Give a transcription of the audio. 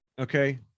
Okay